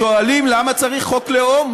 שואלים: למה צריך חוק לאום?